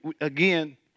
again